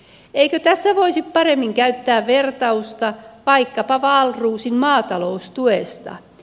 eikö tässä voisi paremmin käyttää vertausta vaikkapa wahlroosin maataloustuesta